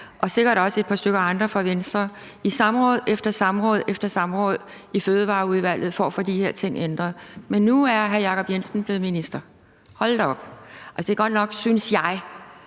og sikkert også et par stykker andre fra Venstre, i samråd efter samråd i Fødevareudvalget for at få de her ting ændret. Men nu er hr. Jacob Jensen blevet minister. Hold da op, det er godt nok, synes jeg,